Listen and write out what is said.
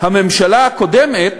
הממשלה הקודמת